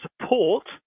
support